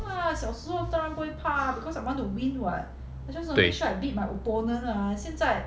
对